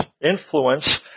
influence